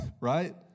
right